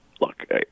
look